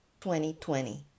2020